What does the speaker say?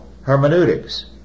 hermeneutics